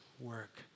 work